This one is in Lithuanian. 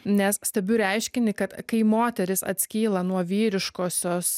nes stebiu reiškinį kad kai moterys atskyla nuo vyriškosios